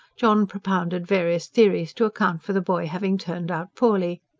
john propounded various theories to account for the boy having turned out poorly,